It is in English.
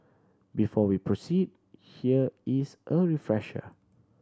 before we proceed here is a refresher